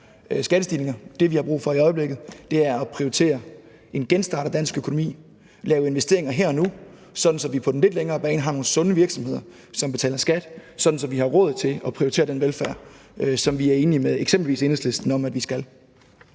skattestigninger. Det, vi har brug for i øjeblikket, er at prioritere en genstart af dansk økonomi, at lave investeringer her og nu, så vi på den lidt længere bane har nogle sunde virksomheder, som betaler skat, så vi har råd til at prioritere den velfærd, som vi er enige med eksempelvis Enhedslisten om at vi skal.